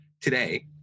Today